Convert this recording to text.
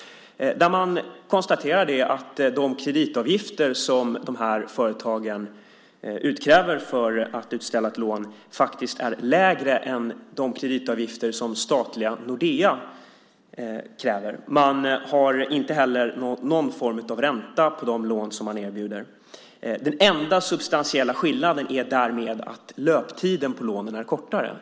Man konstaterar att de kreditavgifter som dessa företag utkräver för att utställa ett lån faktiskt är lägre än de kreditavgifter som statliga Nordea kräver. Man har heller inte någon form av ränta på de lån som man erbjuder. Den enda substantiella skillnaden är därmed att löptiden på lånen är kortare.